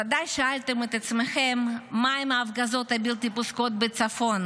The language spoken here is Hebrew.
ודאי שאלתם את עצמכם מה עם ההפגזות הבלתי-פוסקות בצפון,